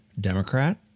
Democrat